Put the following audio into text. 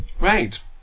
right